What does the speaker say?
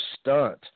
Stunt